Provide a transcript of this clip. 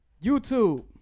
YouTube